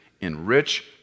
enrich